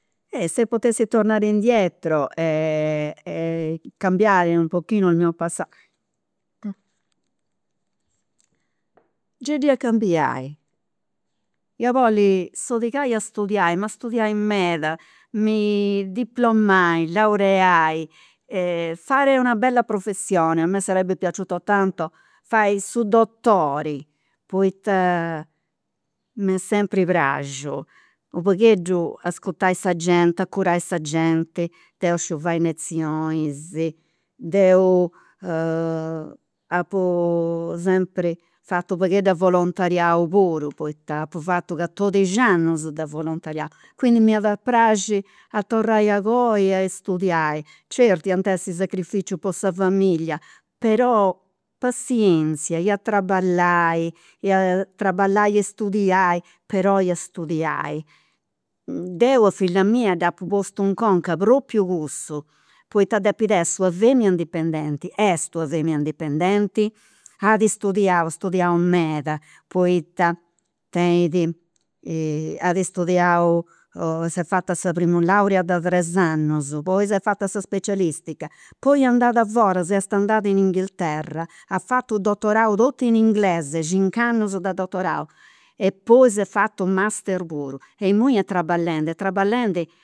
E se potessi tornare indietro e cambiare un pochino il mio passato gei dd'ia cambiai, ia bolli sodigai a studiai, ma studiai meda, mi diplomai, mi laureai, fare una bella professione a me sarebbe piaciuto tanto fai su dottori poita m'est sempri praxiu ascurtai sa genti, curai sa genti, deu sciu fai iniezionis, deu apu sempri fatu u' pagheddu de volontariau puru poita apu fatu catodixi annus de volontariau, quindi m'iat praxi a torrai a goa e a studiai, certu iant essi sacrificius po sa familia, però passienzia, ia traballai, ia traballai e studiai, però ia studiai. Deu a filla mia dd'apu postu in conca propriu cussu, poita depit essi una femina indipendenti, est una femina indipendenti, at studiau, studiau meda, poita tenit at studiau, s'est fata sa primu laurea de tres annus poi s'est fata sa specialistica, poi est andat foras, est andada in Inghilterra, a fatu dottorato totu in inglese, cincu annus de dottorau, e poi s'est fata u' master puru e imui est traballendi, est traballendi